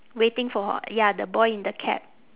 waiting for ya the boy in the cap